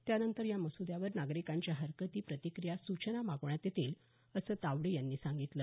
त्यानंतर हा मसूद्याव नागरिकांच्या हरकती प्रतिक्रीया सूचना मागवण्यात येतील असं तावडे यांनी सांगितलं